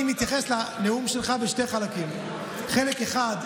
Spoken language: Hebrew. אני מתייחס לנאום שלך בשני חלקים: חלק אחד,